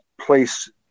place